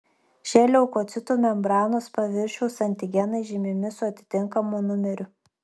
šie leukocitų membranos paviršiaus antigenai žymimi su atitinkamu numeriu